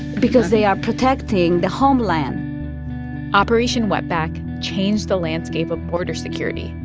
because they are protecting the homeland operation wetback changed the landscape of border security,